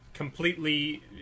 Completely